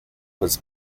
was